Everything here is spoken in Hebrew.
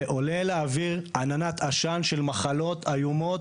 ועולה לאוויר עננת עשן של מחלות איומות.